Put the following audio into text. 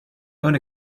own